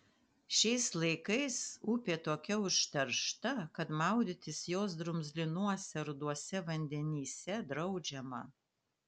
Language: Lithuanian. šiais laikais upė tokia užteršta kad maudytis jos drumzlinuose ruduose vandenyse draudžiama